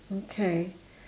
okay